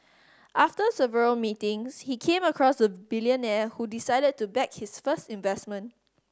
after several meetings he came across a billionaire who decided to back his first investment